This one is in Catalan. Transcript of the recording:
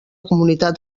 comunitat